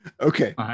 Okay